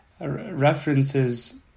references